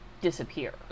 disappear